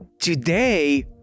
Today